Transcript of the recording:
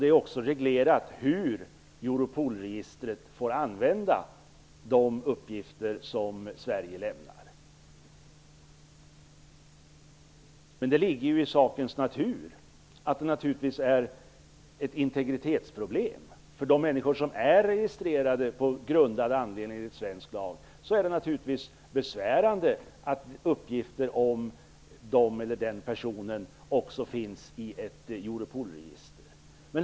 Det är också reglerat hur Europolregistret får använda de uppgifter Sverige lämnar. Det ligger ju i sakens natur att detta är ett integritetsproblem. För de människor som på välgrundad anledning är registrerade enligt svensk lag är det naturligtvis besvärande att uppgifter också finns i ett Europolregister.